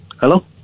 Hello